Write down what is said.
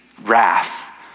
wrath